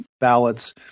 ballots